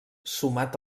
sumat